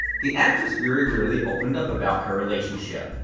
the actress very rarely opened up about her relationship.